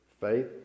faith